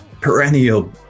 perennial